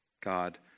God